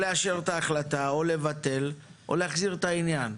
או לאשר את ההחלטה או לבטל, או להחזיר את העניין.